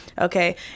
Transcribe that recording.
okay